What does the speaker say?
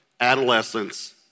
adolescence